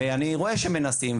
אני רואה שמנסים,